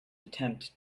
attempt